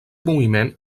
moviment